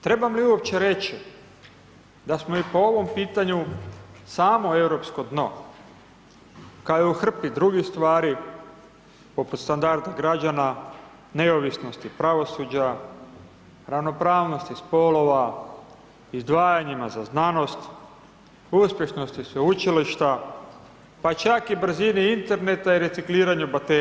Trebam li uopće reći da smo i po ovom pitanju samo europsko dno, kao i u hrpi drugih stvari, poput standarda građana, neovisnosti pravosuđa, ravnopravnosti spolova, izdvajanjima za znanost, uspješnosti Sveučilišta, pa čak i brzini interneta i recikliranju baterija.